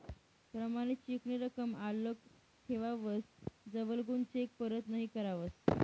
प्रमाणित चेक नी रकम आल्लक ठेवावस जवलगून चेक परत नहीं करावस